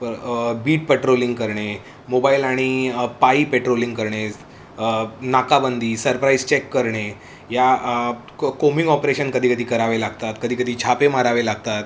ब beat patrolling करणे mobile आणि पाई पेट्रोलिंग करणे नाकाबंदी सरप्राईज चेक करणे या कोमिंग ऑपरेशन कधी कधी करावे लागतात कधी कधी छापे मारावे लागतात